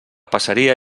passaria